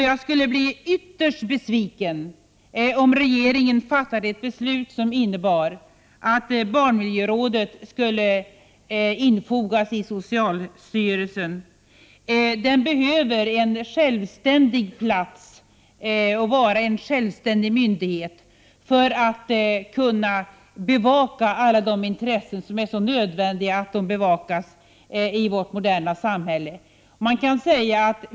Jag skulle bli ytterst besviken om regeringen fattade ett beslut som innebar att barnmiljörådet skall inordnas i socialstyrelsen. Rådet behöver en egen plats och behövs som självständig myndighet för att kunna bevaka alla de intressen som det är så nödvändigt att bevaka i vårt moderna samhälle.